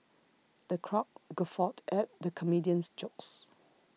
the crowd guffawed at the comedian's jokes